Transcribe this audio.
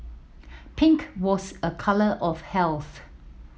pink was a colour of health